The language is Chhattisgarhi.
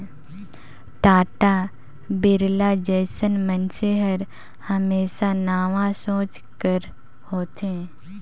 टाटा, बिरला जइसन मइनसे हर हमेसा नावा सोंच कर होथे